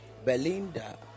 Belinda